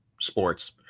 sports